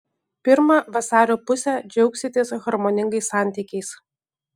pirmą vasario pusę džiaugsitės harmoningais santykiais